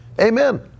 Amen